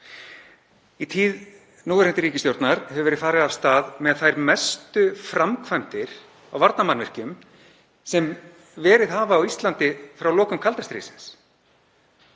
Í tíð núverandi ríkisstjórnar hefur verið farið af stað með þær mestu framkvæmdir á varnarmannvirkjum sem verið hafa á Íslandi frá lokum kalda stríðsins.